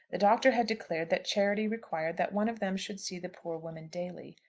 the doctor had declared that charity required that one of them should see the poor woman daily.